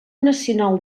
nacional